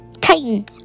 Titan